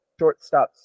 shortstops